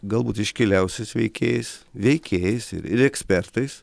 galbūt iškiliausiais veikėjais veikėjais ir ekspertais